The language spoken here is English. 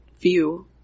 view